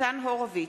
ניצן הורוביץ,